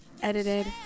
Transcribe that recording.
Edited